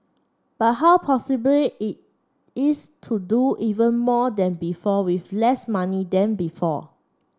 but how possible is to do even more than before with less money than before